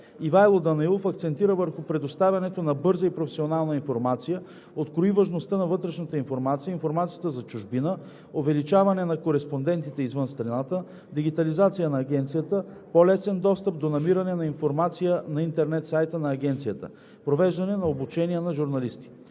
Ивайло Данаилов акцентира върху предоставянето на бърза и професионална информация, открои важността на вътрешната информация, информацията за чужбина, увеличаване на кореспондентите извън страната, дигитализацията на Агенцията, по-лесен достъп до намиране на информация на интернет сайта на Агенцията, провеждане на обучения на журналисти.